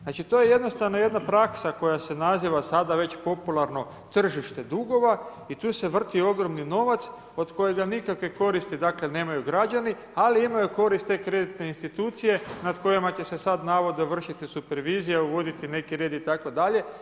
Znači, to je jednostavno jedna praksa koja se naziva sada već popularno tržište dugova i tu se vrti ogromni novac od koje nikakve koristi, dakle nemaju građani, ali imaju korist te kreditne institucije nad kojima će se sad navodno vršiti supervizija, uvoditi neki red itd.